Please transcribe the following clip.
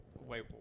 Wait